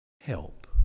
help